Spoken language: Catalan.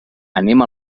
anem